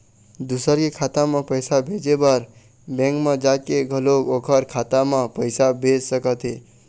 दूसर के खाता म पइसा भेजे बर बेंक म जाके घलोक ओखर खाता म पइसा भेज सकत हे